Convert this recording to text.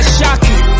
shocking